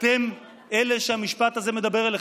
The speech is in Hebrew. אתם אלה שהמשפט הזה מדבר אליהם,